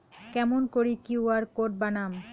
কেমন করি QR code বানাম?